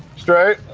straight?